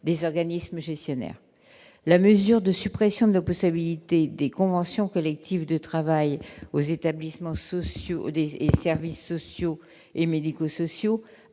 des organismes gestionnaires. La mesure de suppression de l'opposabilité des conventions collectives de travail aux établissements et services sociaux et médico-sociaux,